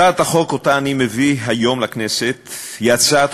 הצעת החוק שאני מביא היום לכנסת היא הצעת